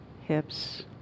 hips